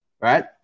right